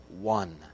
one